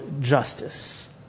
justice